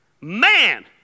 Man